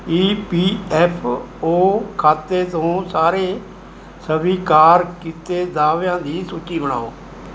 ਈ P F O ਖਾਤੇ ਤੋਂ ਸਾਰੇ ਸਵੀਕਾਰ ਕੀਤੇ ਦਾਅਵਿਆਂ ਦੀ ਸੂਚੀ ਬਣਾਓ